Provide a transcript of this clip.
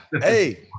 Hey